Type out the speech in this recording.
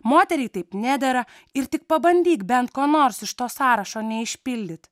moteriai taip nedera ir tik pabandyk bent ko nors iš to sąrašo neišpildyti